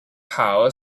power